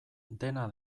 dena